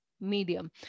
medium